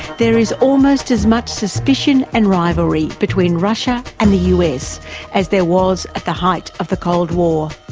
there is almost as much suspension and rivalry between russia and the us as there was at the height of the cold war.